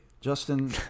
Justin